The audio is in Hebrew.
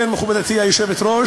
כן, מכובדתי היושבת-ראש.